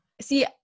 see